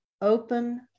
open